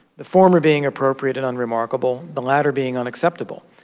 the former being appropriate and unremarkable the latter being unacceptable.